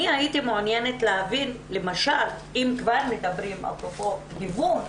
אני הייתי מעוניינת להבין למשל אם כבר מדברים אפרופו גיוון,